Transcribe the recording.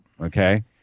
Okay